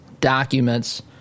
documents